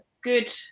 good